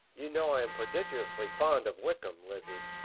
you know i am prodigiously fond of wickham, lizzy.